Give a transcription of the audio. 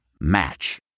Match